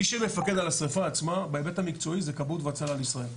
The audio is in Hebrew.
מי שמפקד על השריפה עצמה בהיבט המקצועי זה כבאות והצלה לישראל.